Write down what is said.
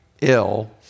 ill